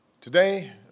Today